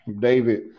David